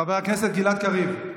חבר הכנסת גלעד קריב.